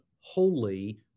holy